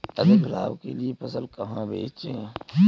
अधिक लाभ के लिए फसल कहाँ बेचें?